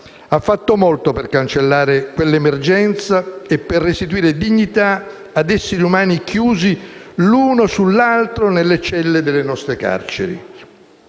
ha fatto molto per cancellare quell'emergenza e per restituire dignità ad esseri umani chiusi l'uno sull'altro nelle celle delle nostre carceri.